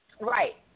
Right